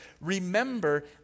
Remember